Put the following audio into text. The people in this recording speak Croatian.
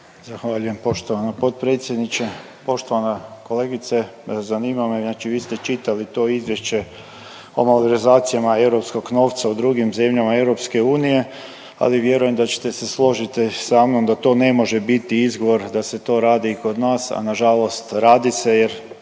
Hvala lijepo poštovana potpredsjedniče, poštovana kolegice Zanima me, znači vi ste čitali to izvješće o malverzacijama europskog novca u drugim zemljama EU, ali vjerujem da ćete se složiti sa mnom da to ne može biti izgovor da se to radi i kod nas, a nažalost radi se jer,